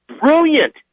brilliant